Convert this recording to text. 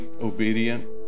obedient